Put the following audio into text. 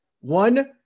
One